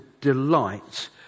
delight